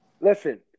Listen